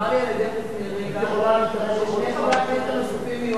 נאמר לי על-ידי ירדנה ששני חברי הכנסת הנוספים יהיו